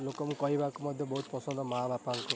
ଲୋକଙ୍କୁ କହିବାକୁ ମଧ୍ୟ ବହୁତ ପସନ୍ଦ ମାଁ ବାପାଙ୍କୁ